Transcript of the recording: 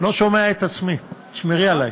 לא שומע את עצמי, תשמרי עלי.